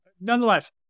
Nonetheless